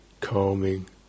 calming